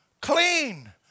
clean